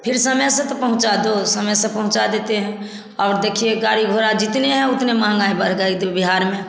फिर समय से तो पहुँचा दो समय से पहुँचा देते हैं और देखिए गाड़ी घोड़ा जितने हैं उतने महँगाई बढ़ गई तो बिहार में